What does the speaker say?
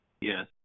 Yes